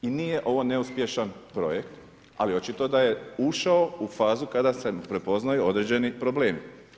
I nije ovo neuspješan projekt, ali očito da je ušao u fazu kada se prepoznaju određeni problemi.